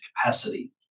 capacity